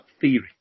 theory